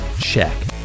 Check